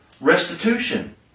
restitution